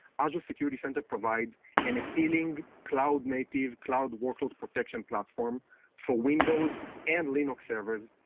azure security center provides an appealing cloud-native, cloud workload protection platform for windows and linux servers,